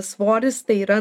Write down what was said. svoris tai yra